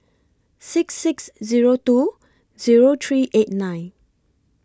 six six Zero two Zero three eight nine